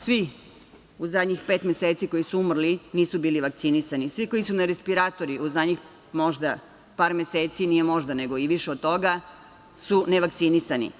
Svi u zadnjih pet meseci koji su umrli nisu bili vakcinisani, svi koji su na respiratorima u zadnjih možda par meseci, nije možda, nego i više od toga, su ne vakcinisani.